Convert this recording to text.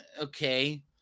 okay